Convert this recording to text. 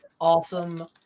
Awesome